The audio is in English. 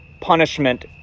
punishment